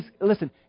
Listen